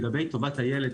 לגבי טובת הילד,